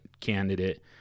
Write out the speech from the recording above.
candidate